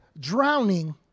drowning